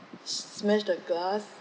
smash the glass